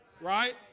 right